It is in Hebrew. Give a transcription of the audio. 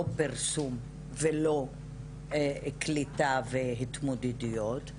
לא פרסום ולא קליטה והתמודדויות,